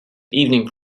evening